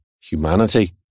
humanity